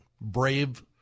brave